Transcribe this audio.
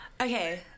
Okay